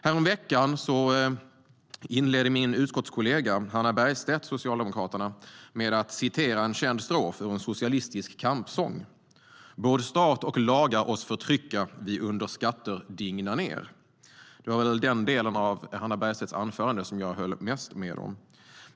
Häromveckan inledde min utskottskollega Hannah Bergstedt, Socialdemokraterna, sitt anförande med att citera en känd strof ur en socialistisk kampsång: "Båd' stat och lagar oss förtryckavi under skatter digna ner" Det var väl den del av Hannah Bergstedts anförande som jag mest höll med om.